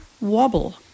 Wobble